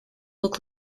look